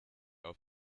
auf